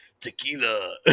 Tequila